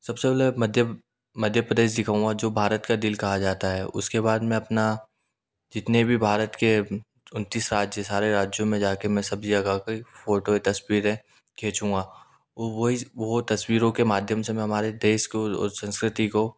सबसे पहले मध्य मध्य प्रदेश दिखाऊँगा जो भारत का दिल कहा जाता है उसके बाद मैं अपना जितने भी भारत के उनतीस राज्य सारे राज्यों में जाके मैं सब जगह के फोटोएं तस्वीरें खीचूँगा ओ वही वो तस्वीरों के माध्यम से मैं हमारे देश को और संस्कृति को